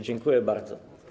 Dziękuję bardzo.